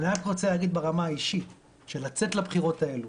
אבל אני רק רוצה להגיד ברמה האישית שלצאת לבחירות האלו